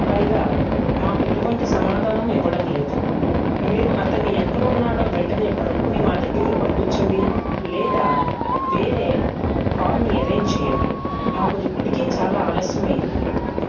పైగా మాకు ఎటువంటి సమాధానం ఇవ్వడం లేదు మీరు అతన్ని ఎక్కడు ఉన్నాడో వెంటనే కనుక్కొని మా దగ్గరకు పంపించండి లేదా వేరే కార్ని అరేంజ్ చేయండి మాకు ఇప్పటికే చాలా ఆలస్యం అయ్యింది